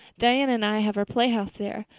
diana and i have our playhouse there.